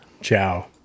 Ciao